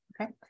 okay